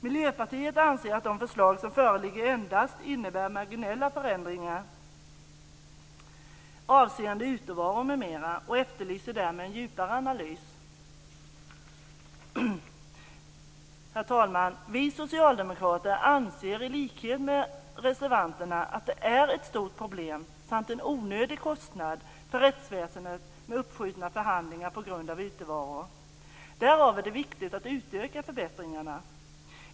Miljöpartiet anser att de förslag som föreligger endast innebär marginella förändringar avseende utevaro m.m. och efterlyser därmed en djupare analys. Herr talman! Vi socialdemokrater anser i likhet med reservanterna att uppskjutna förhandlingar på grund av utevaro är ett stort problem och en onödig kostnad för rättsväsendet. Därav följer att det är viktigt att utöka förbättringarna.